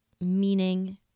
meaning